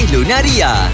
Lunaria